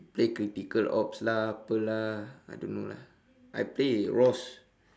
play critical ops lah apa lah I don't know lah I play rose